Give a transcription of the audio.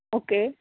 okay